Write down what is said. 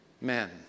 men